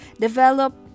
develop